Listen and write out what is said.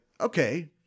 okay